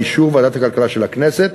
באישור ועדת הכלכלה של הכנסת,